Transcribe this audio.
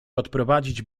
odprowadzić